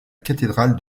cathédrale